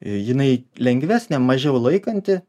jinai lengvesnė mažiau laikanti